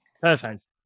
Perfect